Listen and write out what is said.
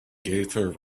gaither